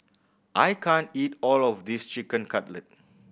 I can't eat all of this Chicken Cutlet